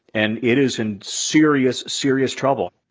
and it is in serious serious trouble.